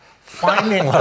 finding